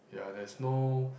ya there's no